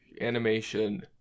animation